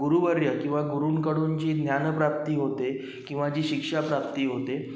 गुरुवर्य किवा गुरुंकडून जी ज्ञानप्राप्ती होते किवा जी शिक्षाप्राप्ती होते